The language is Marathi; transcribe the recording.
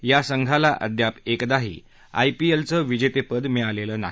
त्या संघाला अद्याप एकदाही आयपीएलचं विजेतेपद मिळालेलं नाही